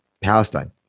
Palestine